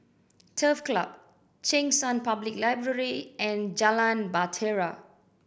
Turf Club Cheng San Public Library and Jalan Bahtera